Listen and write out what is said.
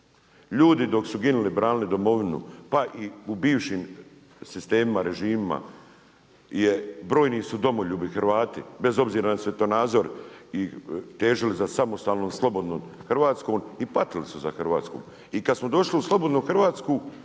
Ljudi dok su ginuli branili domovinu pa i u bivšim sistemima, režimima brojni su domoljubi Hrvati bez obzira na svjetonazor težili za samostalnom slobodnom Hrvatskom i patili su za Hrvatskom. I kada smo došli u slobodnu Hrvatsku